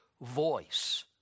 voice